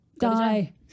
Die